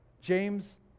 James